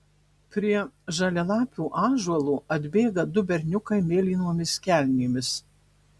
prie žalialapio ąžuolo atbėga du berniukai mėlynomis kelnėmis